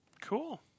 Cool